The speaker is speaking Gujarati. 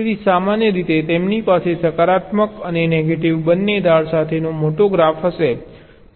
તેથી સામાન્ય રીતે તેમની પાસે સકારાત્મક અને નેગેટિવ બંને ધાર સાથેનો મોટો ગ્રાફ હશે